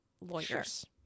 lawyers